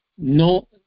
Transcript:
no